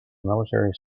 military